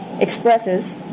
expresses